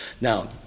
Now